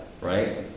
right